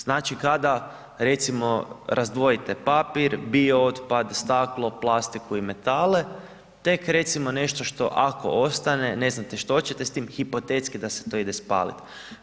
Znači kada, recimo razdvojite papir, bio otpad, staklo, plastiku i metale, tek recimo nešto što ako ostane ne znate što ćete s tim hipotetski da se to ide spaliti.